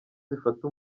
zifata